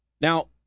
Now